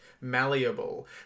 malleable